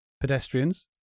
pedestrians